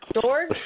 George